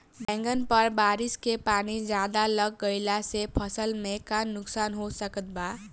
बैंगन पर बारिश के पानी ज्यादा लग गईला से फसल में का नुकसान हो सकत बा?